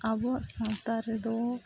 ᱟᱵᱚᱣᱟᱜ ᱥᱟᱶᱛᱟ ᱨᱮᱫᱚ